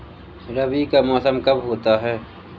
रबी का मौसम कब होता हैं?